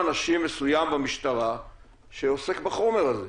אנשים מסוים במשטרה שעוסק בחומר הזה.